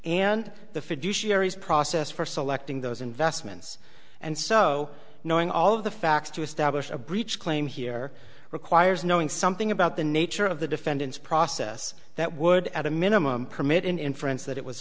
fiduciaries process for selecting those investments and so knowing all of the facts to establish a breach claim here requires knowing something about the nature of the defendant's process that would at a minimum permit an inference that it was